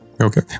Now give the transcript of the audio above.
Okay